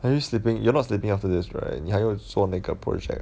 are you sleeping you're not sleeping after this right 你还要做那个 project